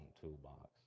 toolbox